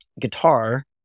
guitar